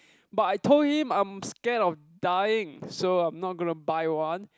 but I told him I'm scared of dying so I'm not gonna buy one